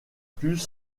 plus